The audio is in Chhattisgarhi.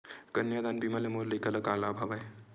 कन्यादान बीमा ले मोर लइका ल का लाभ हवय?